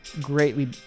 greatly